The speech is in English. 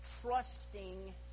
trusting